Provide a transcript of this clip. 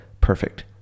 perfect